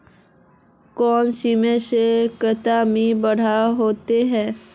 कौन मशीन से कते में बढ़िया होते है?